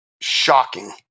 shocking